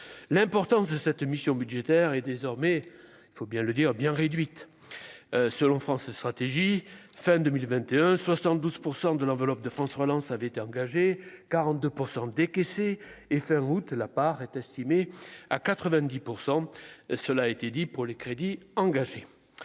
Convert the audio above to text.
l'importance de cette mission budgétaire est désormais, il faut bien le dire bien réduite selon France Stratégie fin 2021 72 % de l'enveloppe de France relance avait été engagé 42 % décaisser et sa route la est estimé à 90 % cela a été dit, pour les crédits engagés